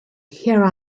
here